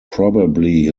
probably